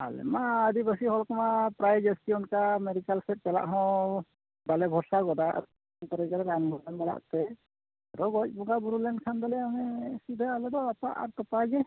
ᱟᱞᱮᱢᱟ ᱟᱹᱫᱤᱵᱟᱹᱥᱤ ᱦᱚᱲ ᱠᱚᱢᱟ ᱯᱮᱨᱟᱭ ᱡᱟᱹᱥᱛᱤ ᱚᱱᱠᱟ ᱢᱮᱰᱤᱠᱮᱞ ᱥᱮᱫ ᱪᱟᱞᱟᱜ ᱦᱚᱸ ᱵᱟᱞᱮ ᱵᱷᱚᱨᱥᱟ ᱜᱚᱫᱟ ᱨᱟᱱ ᱫᱳᱠᱟᱱ ᱢᱮᱱᱟᱜᱛᱮ ᱟᱨᱚ ᱜᱚᱡ ᱵᱚᱸᱜᱟ ᱵᱳᱨᱳ ᱞᱮᱱᱠᱷᱟᱱ ᱫᱚᱞᱮ ᱥᱤᱫᱷᱟᱹ ᱟᱞᱮ ᱫᱚ ᱨᱟᱯᱟᱜ ᱟᱨ ᱛᱚᱯᱟ ᱜᱮ